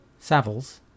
Savills